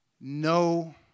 no